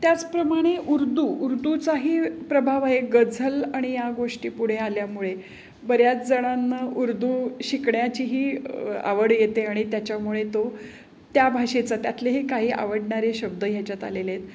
त्याचप्रमाणे उर्दू उर्दूचाही प्रभाव आहे गझल आणि या गोष्टी पुढे आल्यामुळे बऱ्याच जणांना उर्दू शिकण्याचीही आवड येते आणि त्याच्यामुळे तो त्या भाषेचा त्यातलेही काही आवडणारे शब्द ह्याच्यात आलेले आहेत